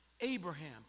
Abraham